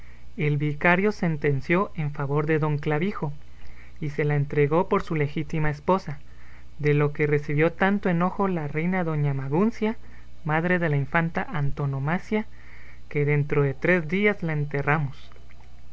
el vicario sentenció en favor de don clavijo y se la entregó por su legítima esposa de lo que recibió tanto enojo la reina doña maguncia madre de la infanta antonomasia que dentro de tres días la enterramos